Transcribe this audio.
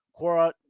Quora